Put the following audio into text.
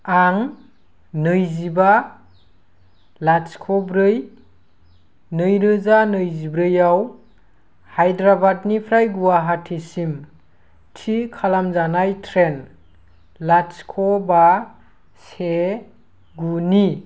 आं नैजिबा लाथिख ब्रै नैरोजा नैजिब्रैयाव हाइद्राबादनिफ्राय गुवाहाटीसिम थि खालामजानाय ट्रैन लाथिख बा से गुनि